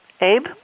Abe